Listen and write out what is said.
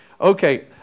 Okay